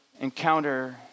encounter